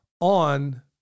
on